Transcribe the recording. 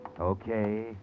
Okay